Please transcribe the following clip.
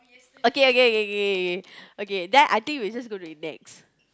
okay okay okay okay okay then I think we just go with next